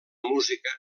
música